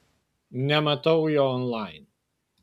nematau jo onlaine